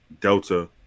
delta